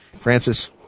Francis